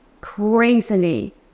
crazily